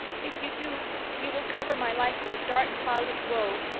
if you do you will cover my life with a dark cloud of woe.